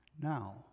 Now